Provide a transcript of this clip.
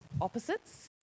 opposites